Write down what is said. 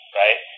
right